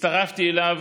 הצטרפתי אליו